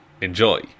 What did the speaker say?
enjoy